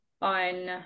on